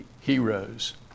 heroes